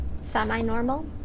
semi-normal